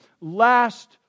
last